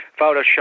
Photoshop